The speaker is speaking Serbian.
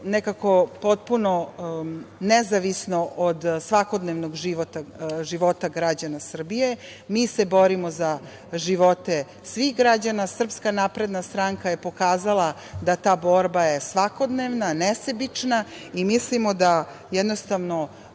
nekako potpuno nezavisno od svakodnevnog života građana Srbije. Mi se borimo za živote svih građana. Srpska napredna stranka je pokazala da je ta borba svakodnevna, nesebična i mislimo da jednostavno